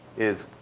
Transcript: is